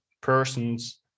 persons